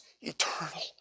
eternal